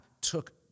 took